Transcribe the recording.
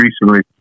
recently